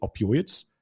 opioids